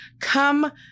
come